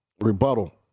rebuttal